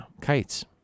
kites